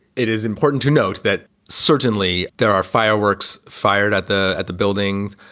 it is important to note that certainly there are fireworks fired at the at the buildings.